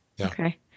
Okay